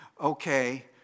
Okay